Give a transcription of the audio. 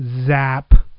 zap